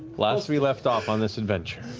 last we left off on this adventure,